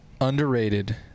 Underrated